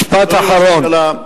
משפט אחרון.